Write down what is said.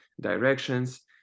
directions